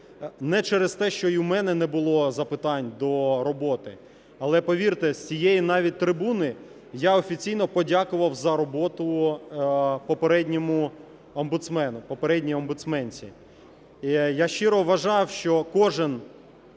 не через те, що й у мене не було запитань до роботи. Але повірте, з цієї навіть трибуни я офіційно подякував за роботу попередньому омбудсмену – попередній омбудсменці. Я щиро вважав, що кожен